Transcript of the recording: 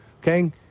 Okay